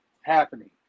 happening